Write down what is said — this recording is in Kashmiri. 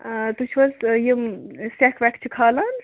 آ تُہۍ چھِو حظ یِم سیٚکھ ویٚکھ چھِ کھالان